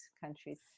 countries